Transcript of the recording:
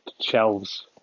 shelves